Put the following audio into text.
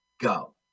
go